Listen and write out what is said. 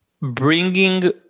bringing